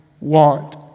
want